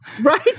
Right